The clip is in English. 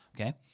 okay